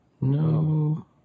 No